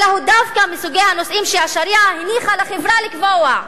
אלא הוא דווקא מסוג הנושאים שהשריעה הניחה לחברה לקבוע,